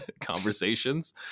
conversations